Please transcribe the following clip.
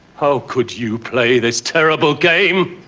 how could you play this terrible game?